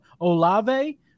Olave